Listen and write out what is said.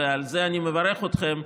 ועל זה אני מברך אתכם,